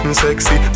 sexy